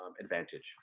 Advantage